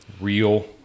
real